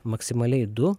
maksimaliai du